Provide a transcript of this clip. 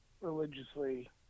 religiously